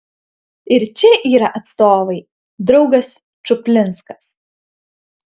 ir čia yra atstovai draugas čuplinskas